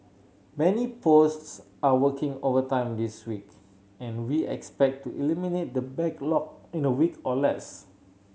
many posts are working overtime this week and we expect to eliminate the backlog in a week or less